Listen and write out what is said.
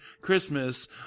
Christmas